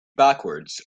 backwards